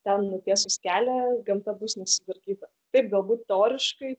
ten nutiesus kelią gamta bus nesutvarkyta taip galbūt teoriškai